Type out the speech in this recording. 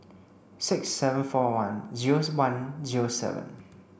six seven four one zero one zero seven